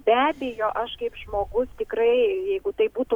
be abejo aš kaip žmogus tikrai jeigu tai būtų